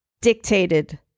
dictated